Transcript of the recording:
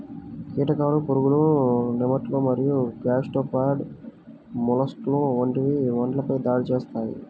కీటకాలు, పురుగులు, నెమటోడ్లు మరియు గ్యాస్ట్రోపాడ్ మొలస్క్లు వంటివి పంటలపై దాడి చేస్తాయి